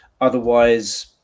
Otherwise